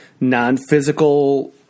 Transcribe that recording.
non-physical